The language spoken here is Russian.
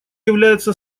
является